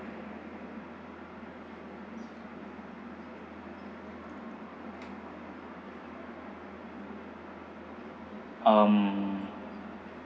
um